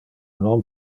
non